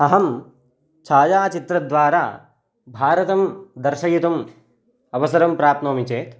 अहं छायाचित्रद्वारा भारतं दर्शयितुम् अवसरं प्राप्नोमि चेत्